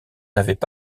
n’avaient